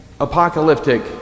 apocalyptic